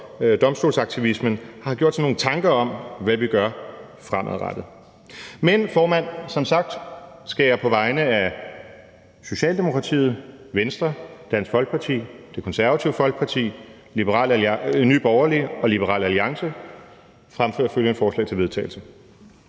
domstolsaktivismen, har gjort sig nogle tanker om, hvad vi gør fremadrettet. Men jeg skal som sagt, formand, på vegne af Socialdemokratiet, Venstre, Dansk Folkeparti, Det Konservative Folkeparti, Nye Borgerlige og Liberal Alliance fremsætte følgende: Forslag til vedtagelse: